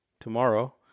tomorrow